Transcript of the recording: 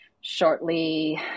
shortly